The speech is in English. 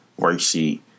worksheet